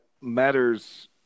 matters